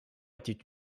était